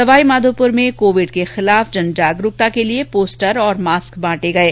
सवाईमाधोपुर में कोविड के खिलाफ जन जागरूकता के लिये पोस्टर और मास्क बांटे गये